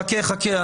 חכה, חכה.